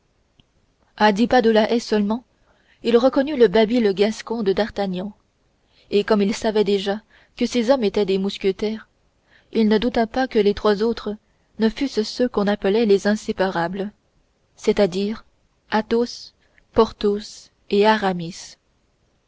à dix pas de la haie seulement il reconnut le babil gascon de d'artagnan et comme il savait déjà que ces hommes étaient des mousquetaires il ne douta pas que les trois autres ne fussent ceux qu'on appelait les inséparables c'est-à-dire athos porthos et aramis